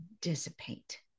dissipate